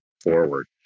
forward